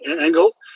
angle